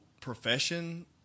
profession